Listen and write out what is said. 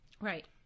Right